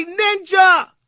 ninja